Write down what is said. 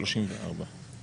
שלושה, בסדר.